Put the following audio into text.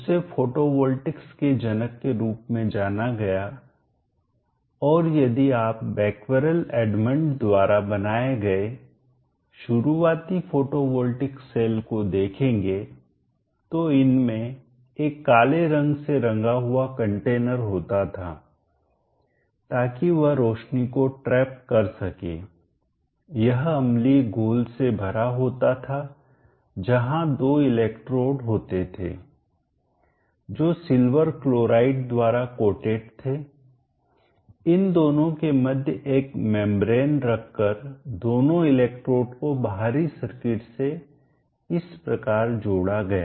उसे फोटोवोल्टिकस के जनक के रूप में जाना गया और यदि आप बैक्वेरेल एडमंड द्वारा बनाए गए शुरुआती फोटोवॉल्टिक सेल को देखेंगे तो इनमें एक काले रंग से रंगा हुआ कंटेनर होता था ताकि वह रोशनी को ट्रैप जकड़ कर सके यह अम्लीय घोल से भरा होता था जहां दो इलेक्ट्रोड होते थेजो सिल्वर क्लोराइड द्वारा कोटेड लेपित थे इन दोनों के मध्य एक मेंब्रेन रखकर दोनों इलेक्ट्रोड को बाहरी सर्किट से इस प्रकार जोड़ा गया